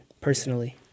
personally